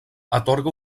atorga